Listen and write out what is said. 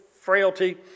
frailty